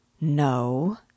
No